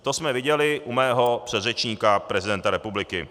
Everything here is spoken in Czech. To jsme viděli u mého předřečníka, prezidenta republiky.